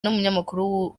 n’umunyamakuru